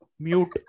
Mute